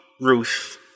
Ruth